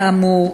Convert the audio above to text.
כאמור,